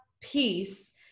peace